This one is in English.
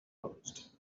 closed